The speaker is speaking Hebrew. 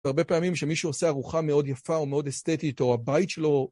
הרבה פעמים כשמישהו עושה ארוחה מאוד יפה או מאוד אסתטית או הבית שלו